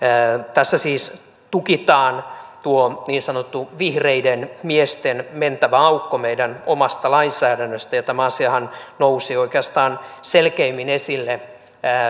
tässä siis tukitaan niin sanottu vihreiden miesten mentävä aukko meidän omasta lainsäädännöstä ja tämä asiahan nousi oikeastaan selkeimmin esille